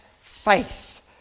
faith